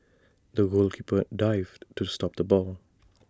the goalkeeper dived to stop the ball